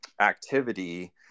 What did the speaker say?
activity